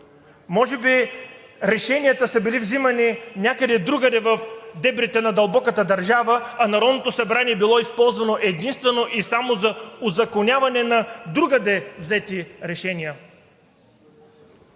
Може би решенията са били взимани някъде другаде в дебрите на дълбоката държава, а Народното събрание е било използвано единствено и само за узаконяване на другаде взети решения.